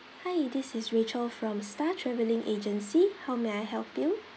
hi this is rachel from star travelling agency how may I help you